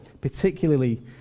particularly